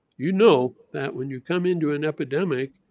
you know that when you come into an epidemic,